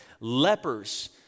Lepers